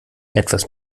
etwas